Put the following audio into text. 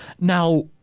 Now